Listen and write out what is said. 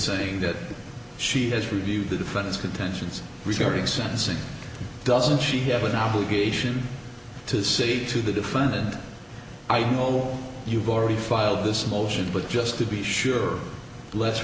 saying that she has reviewed the funds contentions regarding sentencing doesn't she have an obligation to say to the defendant i know you've already filed this motion but just to be sure let's